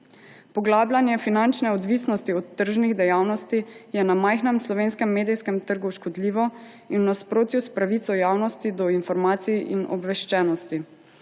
Poglabljanje finančne odvisnosti od tržnih dejavnosti je na majhnem slovenskem medijskem trgu škodljivo in v nasprotju s pravico javnosti do informacij in obveščenosti.